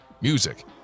music